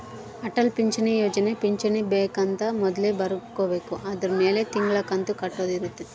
ಅಟಲ್ ಪಿಂಚಣಿ ಯೋಜನೆ ಪಿಂಚಣಿ ಬೆಕ್ ಅಂತ ಮೊದ್ಲೇ ಬರ್ಕೊಬೇಕು ಅದುರ್ ಮೆಲೆ ತಿಂಗಳ ಕಂತು ಕಟ್ಟೊದ ಇರುತ್ತ